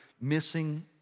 missing